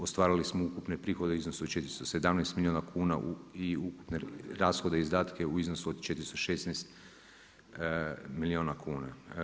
Ostvarili smo ukupne prihode u iznosu od 417 milijuna i ukupne rashode, izdatke u iznosu od 416 milijuna kuna.